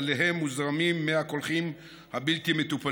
שאליהם מוזרמים מי הקולחים הבלתי-מטופלים.